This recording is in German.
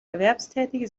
erwerbstätige